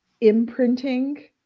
imprinting